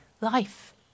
Life